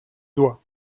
doigts